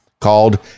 called